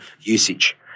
usage